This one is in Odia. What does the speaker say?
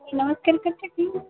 ନମସ୍କାର୍